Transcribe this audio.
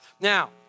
Now